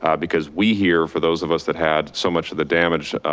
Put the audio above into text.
um because we here for those of us that had so much of the damage,